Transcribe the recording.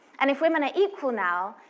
and if women are equal now,